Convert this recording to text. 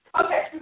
Okay